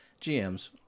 GMs